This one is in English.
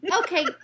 Okay